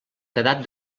quedat